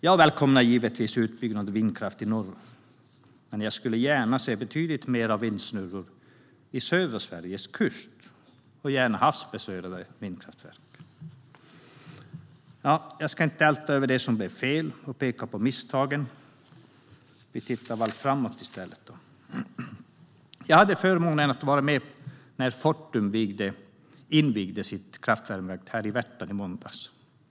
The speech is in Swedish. Jag välkomnar givetvis utbyggnaden av vindkraften i norr, men jag skulle vilja se betydligt fler vindsnurror på södra Sveriges kust och gärna havsbaserade vindkraftverk. Jag ska inte älta allt som blev fel och peka på misstagen. Låt oss i stället titta framåt. Jag hade förmånen att vara med när Fortum invigde sitt kraftvärmeverk i Värtan i Stockholm i måndags.